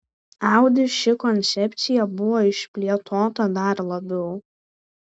audi ši koncepcija buvo išplėtota dar labiau